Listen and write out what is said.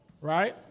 right